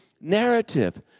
narrative